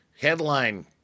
Headline